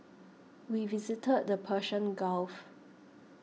we visited the Persian Gulf